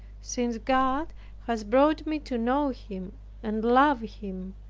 since god has brought me to know him and love him,